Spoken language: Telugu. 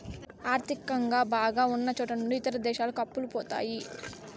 ఆర్థికంగా బాగా ఉన్నచోట నుంచి ఇతర దేశాలకు అప్పులు పోతాయి